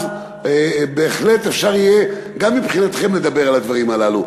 אז בהחלט אפשר יהיה גם מבחינתכם לדבר על הדברים הללו.